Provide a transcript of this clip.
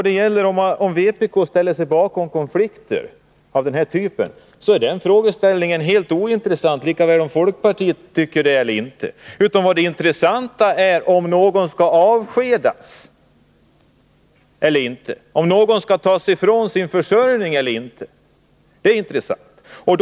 Frågeställningen om vpk ställer sig bakom konflikter av den här typen eller inte är helt ointressant, liksom även frågeställningen om folkpartiet tycker det ena eller det andra. Det intressanta är ju om någon skall avskedas eller inte, om någon skall fråntas sin försörjning eller inte. Det är intressant.